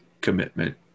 commitment